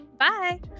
Bye